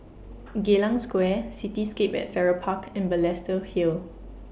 Geylang Square Cityscape At Farrer Park and Balestier Hill